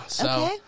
Okay